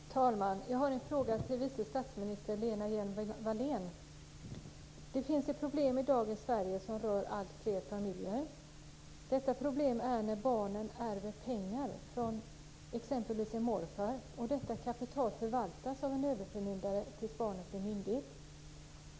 Herr talman! Jag har en fråga till vice statsminister Lena Hjelm-Wallén. I dagens Sverige finns det ett problem som rör alltfler familjer. Detta problem gäller när barn ärver pengar efter exempelvis en morfar och detta kapital förvaltas av en överförmyndare tills barnet blir myndigt.